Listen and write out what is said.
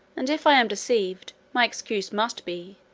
and if i am deceived, my excuse must be,